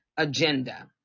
agenda